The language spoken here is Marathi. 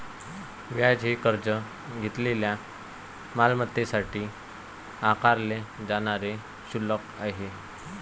व्याज हे कर्ज घेतलेल्या मालमत्तेसाठी आकारले जाणारे शुल्क आहे